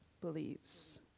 believes